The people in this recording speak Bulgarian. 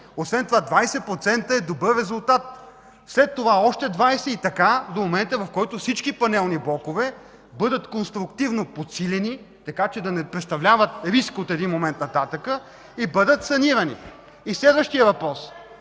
Освен това 20% е добър резултат. След това още 20 и така до момента, в който всички панелни блокове бъдат конструктивно подсилени, така че да не представляват риск от един момент нататък, и бъдат санирани. (Шум и реплики